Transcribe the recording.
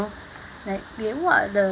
like what are the